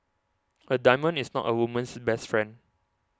a diamond is not a woman's best friend